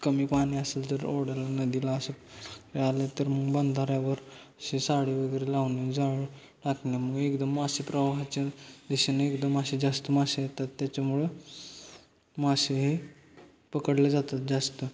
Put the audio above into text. कमी पाणी असेल तर ओढायला नदीला असं आलं तर मग बांधाऱ्यावर अशी साडी वगैरे लावणे जाळ टाकणे मग एकदम मासे प्रवाहाच्या दिशेने एकदम मासे जास्त मासे येतात त्याच्यामुळं मासे हे पकडले जातात जास्त